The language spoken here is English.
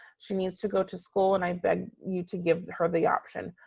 she needs to go to school and i beg you to give her the option,